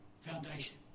foundation